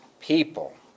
people